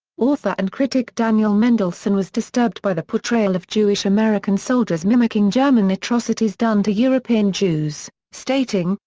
author and critic daniel mendelsohn was disturbed by the portrayal of jewish-american soldiers mimicking german atrocities done to european jews, stating,